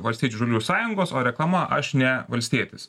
valstiečių žaliųjų sąjungos o reklama aš ne valstietis